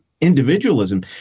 individualism